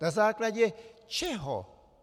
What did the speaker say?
Na základě čeho?